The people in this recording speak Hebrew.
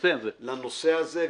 לנושא הזה.